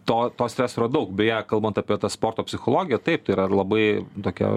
to to streso yra daug beje kalbant apie tą sporto psichologiją taip tai yra labai tokia